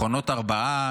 מכונות הרבעה.